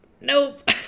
nope